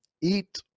eat